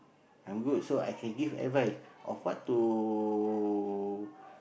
I'm good so I can give advice of what to